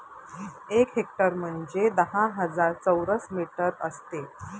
एक हेक्टर म्हणजे दहा हजार चौरस मीटर असते